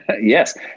yes